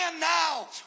now